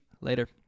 Later